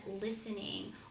listening